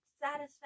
satisfaction